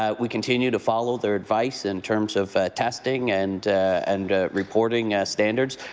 um we continue to follow their advice in terms of testing and and ah reporting standards,